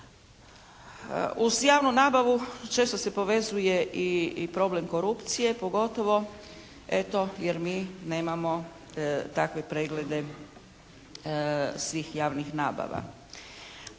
Uz javnu nabavu često se povezuje i problem korupcije. Pogotovo eto jer mi nemamo takve preglede svih javnih nabava.